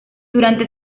durante